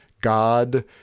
God